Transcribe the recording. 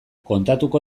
kontatuko